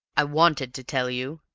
i wanted to tell you,